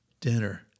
dinner